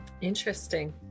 interesting